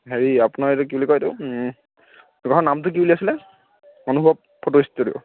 হেৰি আপোনাৰ এইটো কি বুলি কয় এইটো দোকানৰ নামটো কি বুলি আছিলে অনুভৱ ফ'টো ষ্টুডিঅ'